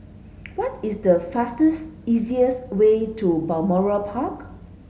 what is the fastest easiest way to Balmoral Park